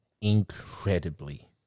incredibly